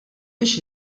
biex